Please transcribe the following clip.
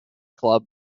club